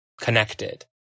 connected